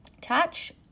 touch